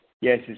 Yes